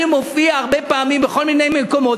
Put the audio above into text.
אני מופיע הרבה פעמים בכל מיני מקומות,